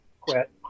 quit